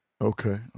Okay